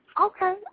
Okay